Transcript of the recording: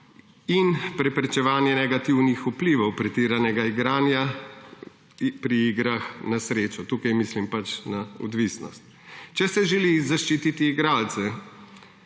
in preprečevanje negativnih vplivov pretiranega igranja pri igrah na srečo? Tukaj mislim pač na odvisnost. Če se želi zaščititi igralce,